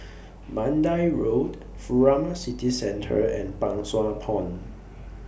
Mandai Road Furama City Centre and Pang Sua Pond